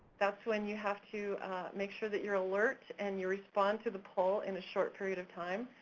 that's when you have to make sure that you're alert and you respond to the poll in a short period of time.